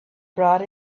brought